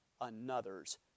another's